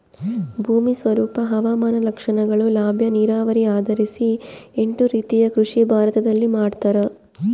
ಭೂಮಿ ಸ್ವರೂಪ ಹವಾಮಾನ ಲಕ್ಷಣಗಳು ಲಭ್ಯ ನೀರಾವರಿ ಆಧರಿಸಿ ಎಂಟು ರೀತಿಯ ಕೃಷಿ ಭಾರತದಲ್ಲಿ ಮಾಡ್ತಾರ